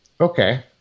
okay